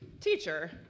teacher